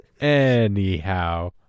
Anyhow